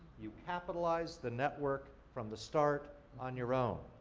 you capitalize the network from the start on your own.